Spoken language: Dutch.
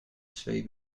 twee